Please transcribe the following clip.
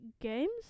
games